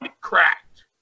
cracked